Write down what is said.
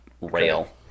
rail